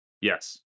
Yes